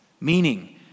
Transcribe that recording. meaning